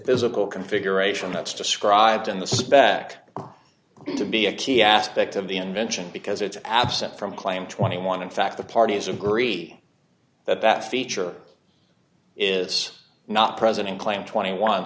physical configuration that's described in the spec to be a key aspect of the invention because it's absent from claim twenty one in fact the parties agree that that feature is not present in claim twenty one